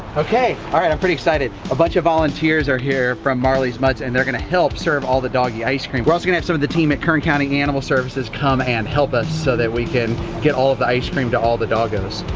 okay, all right i'm pretty excited. a bunch of volunteers are here from marley's mutts, and they're gonna help serve all the doggy ice-cream. we're also gonna have some of the team at kern country animal services come and help us so that we can get all of the ice-cream to all the doggos.